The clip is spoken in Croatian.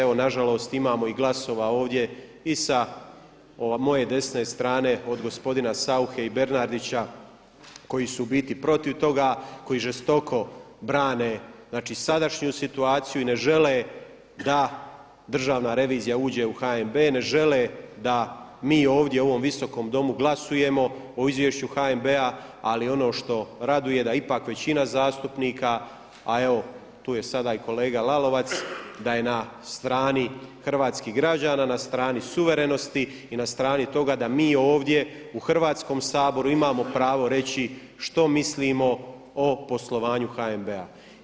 Evo nažalost ima i glasova ovdje i sa moje desne strane od gospodina Sauche i Bernardića koji su u biti protiv toga, koji žestoko brane znači sadašnju situaciju i ne žele da državna revizija uđe u HNB, ne žele da mi u ovom visokom domu glasujemo o izvješću HNB-a ali ono što raduje da ipak većina zastupnika a evo tu je sada i kolega Lalovca da je na strani hrvatskih građana, na strani suverenosti i na strani toga da mi ovdje u Hrvatskom saboru imamo pravo reći što mislimo o poslovanju HNB-a.